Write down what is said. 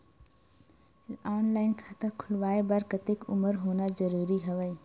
Online खाता खुलवाय बर कतेक उमर होना जरूरी हवय?